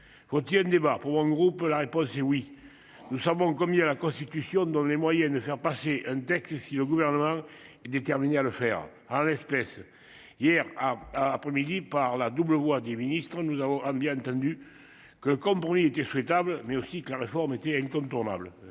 retiennent débat pour un groupe. La réponse est oui. Nous savons combien la constitution dans les moyens de faire passer un texte si le gouvernement est déterminé à le faire ah Restless. Hier après-midi par la double voix du ministre. Nous avons bien entendu que comme pour lui, il était souhaitable mais aussi que la réforme était incontournable.